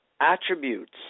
attributes